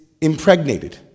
impregnated